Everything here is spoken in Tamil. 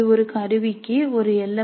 இது ஒரு கருவிக்கு ஒரு எல்